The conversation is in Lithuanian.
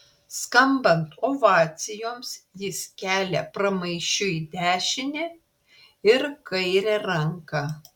skambant ovacijoms jis kelia pramaišiui dešinę ir kairę ranką